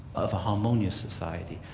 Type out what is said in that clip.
of a harmonious society,